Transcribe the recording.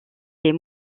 les